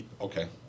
okay